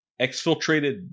exfiltrated